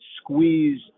squeeze